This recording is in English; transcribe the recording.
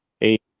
eight